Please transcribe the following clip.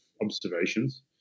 observations